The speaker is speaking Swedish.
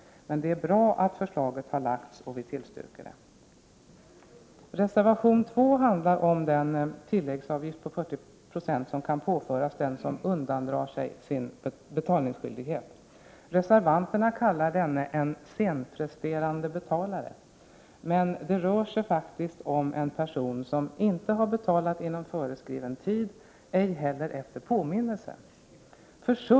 Men det är bra att förslaget lagts fram i propositionen, och vi tillstyrker det. Reservation 2 handlar om den tilläggsavgift på 40 96 av det belopp som fordringen avser och som kan påföras den som undandrar sig sin betalningsskyldighet. Reservanterna kallar denna person en senpresterande betalare. Det rör sig om en person som inte har betalat inom föreskriven tid och ej heller efter påminnelse.